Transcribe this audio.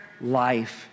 life